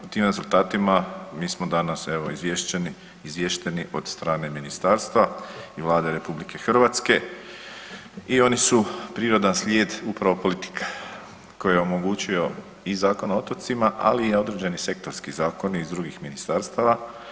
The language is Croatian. O tim rezultatima mi smo danas evo izvješćeni, izvješteni od strane ministarstva i Vlade RH i oni su prirodan slijed upravo politike koju je omogućio i Zakon o otocima, ali i određeni sektorski zakoni iz drugih ministarstava.